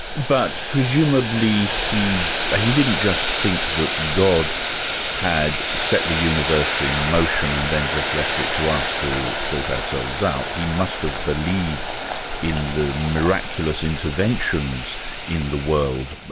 but, presumably he he didn't just think that god had set the universe in motion and then just left it to us to sort ourselves out. he must've believed in the miraculous interventions in the world,